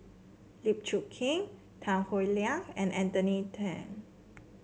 Lim Chong Keat Tan Howe Liang and Anthony Then